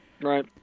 Right